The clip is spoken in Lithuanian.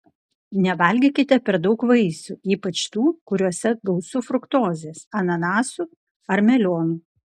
nevalgykite per daug vaisių ypač tų kuriuose gausu fruktozės ananasų ar melionų